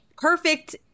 perfect